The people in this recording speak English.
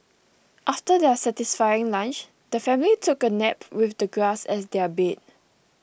after their satisfying lunch the family took a nap with the grass as their bed